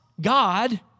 God